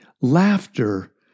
laughter